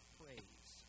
praise